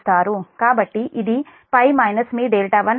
కాబట్టి ఇది π మీ 1 అవుతుంది